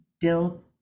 dill